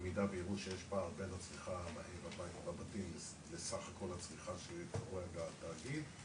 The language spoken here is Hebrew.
במידה ויראו שיש פער בין הצריכה בבתים לסך כל הצריכה שקוראת התאגיד,